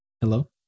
Hello